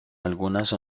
algunas